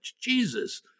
Jesus